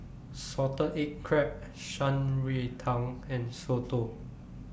Salted Egg Crab Shan Rui Tang and Soto